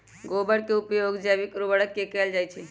गोबर के उपयोग जैविक उर्वरक में कैएल जाई छई